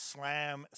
Slam